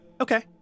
Okay